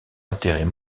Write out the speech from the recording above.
intérêts